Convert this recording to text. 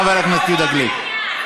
חבר הכנסת יהודה גליק.